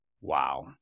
Wow